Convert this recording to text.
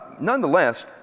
Nonetheless